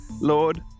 Lord